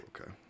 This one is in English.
okay